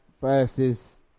versus